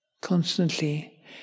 constantly